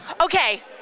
Okay